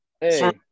Hey